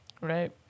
Right